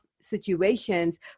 situations